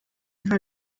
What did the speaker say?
nka